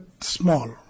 small